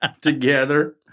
together